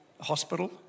Hospital